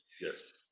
Yes